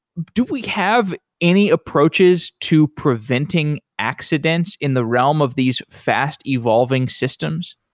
do we have any approaches to preventing accidents in the realm of these fast-evolving systems?